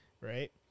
right